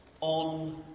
on